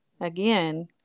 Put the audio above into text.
again